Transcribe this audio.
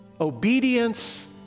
obedience